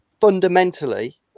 fundamentally